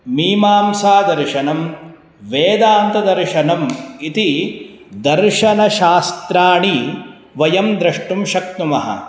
मीमांसादर्शनं वेदान्तदर्शनम् इति दर्शनशास्त्राणि वयं द्रष्टुं शक्नुमः